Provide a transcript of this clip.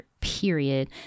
period